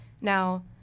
Now